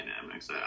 dynamics